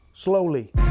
Slowly